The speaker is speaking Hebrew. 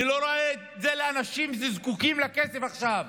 אני לא רואה את זה לאנשים שזקוקים לכסף עכשיו.